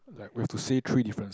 like we have to say three difference